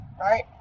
right